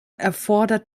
erfordert